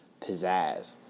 pizzazz